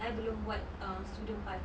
I belum buat uh student pass